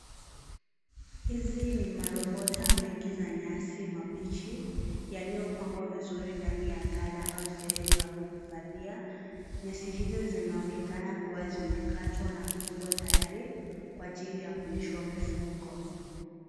Hizi ni marobota mengi za nyasi mabichi. yaliyopangwa vizuri ndani ya ghala au sehemu ya kuhifadhia. Nyasi hizo zinaonekana kuwa zimekatwa na kufungwa tayari kwa ajili ya kulishwa mifugo.